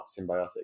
symbiotic